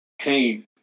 pain